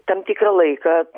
tam tikrą laiką